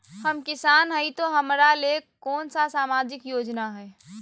हम किसान हई तो हमरा ले कोन सा सामाजिक योजना है?